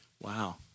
Wow